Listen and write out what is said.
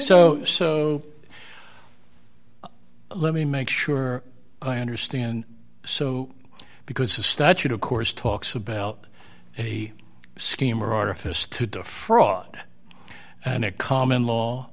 so so let me make sure i understand so because the statute of course talks about a scheme or artifice to defraud and it common law